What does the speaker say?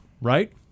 right